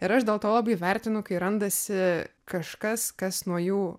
ir aš dėl to labai vertinu kai randasi kažkas kas nuo jų